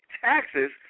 taxes